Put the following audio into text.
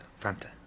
Fanta